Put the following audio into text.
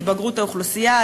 התבגרות האוכלוסייה,